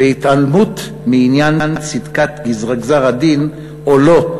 בהתעלמות מעניין צדקת גזר-הדין או לא.